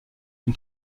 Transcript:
une